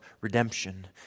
redemption